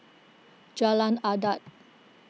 Jalan Adat